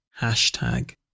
hashtag